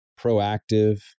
proactive